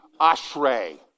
Ashrei